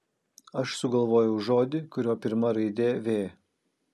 aš sugalvojau žodį kurio pirma raidė v